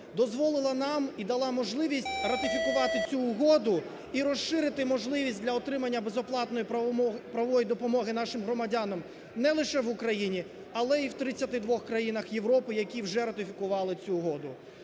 дозволила нам і дала можливість ратифікувати цю угоду і розширити можливість для отримання безоплатної правової допомоги нашим громадянам не лише в Україні, але і в 32 країнах Європи, які вже ратифікували цю угоду.